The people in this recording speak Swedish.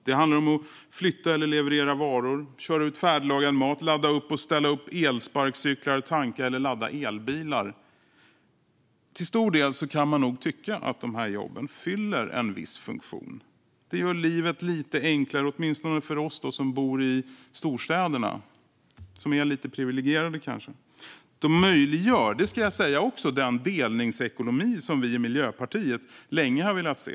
Det handlar om att flytta eller leverera varor, köra ut färdiglagad mat, ladda upp och ställa upp elsparkcyklar, tanka eller ladda bilar. Till stor del kan man nog tycka att de här jobben fyller en viss funktion. De gör livet lite enklare, åtminstone för oss som bor i storstäderna och som kanske är lite privilegierade. De möjliggör, ska jag också säga, den delningsekonomi som vi i Miljöpartiet länge har velat se.